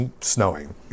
snowing